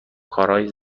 کارای